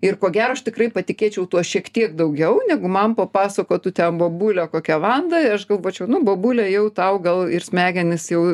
ir ko gero aš tikrai patikėčiau tuo šiek tiek daugiau negu man papasakotų ten bobulė kokia vanda ir aš galvočiau nu bobule jau tau gal ir smegenys jau